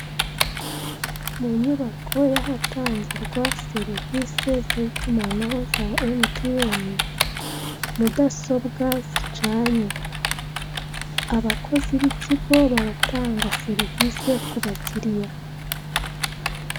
Ni nyubako yahatangirwa serivise z'itumanaho za emutiyeni mudasobwa zicanye. Abakozi b'ikigo baratanga serivise ku bakiriya.